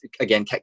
Again